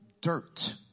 dirt